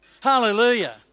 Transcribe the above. Hallelujah